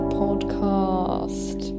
podcast